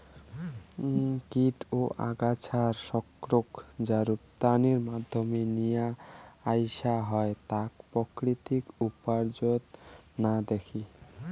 কীট ও আগাছার শত্রুক যা রপ্তানির মাধ্যমত নিয়া আইসা হয় তাক প্রাকৃতিক উপায়ত না দেখি